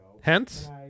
hence